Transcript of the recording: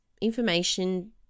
information